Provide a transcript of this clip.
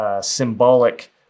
symbolic